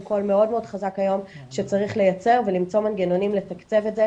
קול מאוד חזק היום שצריך לייצר ולמצוא מנגנונים לתקצב את זה,